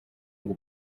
ngo